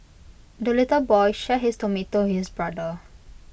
the little boy share his tomato his brother